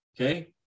Okay